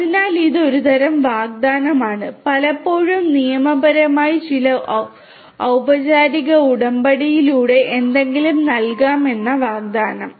അതിനാൽ ഇത് ഒരുതരം വാഗ്ദാനമാണ് പലപ്പോഴും നിയമപരമായ ചില ഉപചാരിക ഉടമ്പടിയിലൂടെ എന്തെങ്കിലും നൽകാമെന്ന് വാഗ്ദാനം